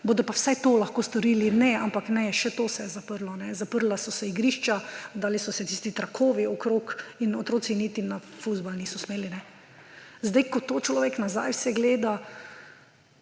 bodo pa vse to lahko storili. Ne, ampak še to se je zaprlo; zaprla so se igrišča, dali so se tisti trakovi okrog in otroci niti na fuzbal niso smeli. Sedaj, ko to človek nazaj vse gleda